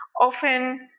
often